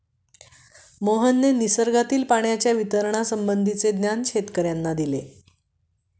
मोहनने निसर्गातील पाण्याच्या वितरणासंबंधीचे ज्ञान शेतकर्यांना दिले